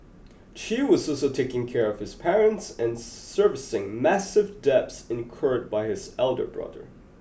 Chew was also taking care of his parents and servicing massive debts incurred by his elder brother